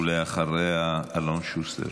ואחריה, אלון שוסטר.